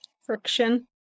friction